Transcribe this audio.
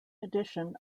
addition